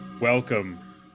Welcome